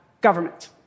government